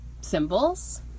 symbols